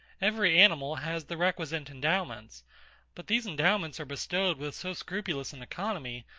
every animal has the requisite endowments but these endowments are bestowed with so scrupulous an economy,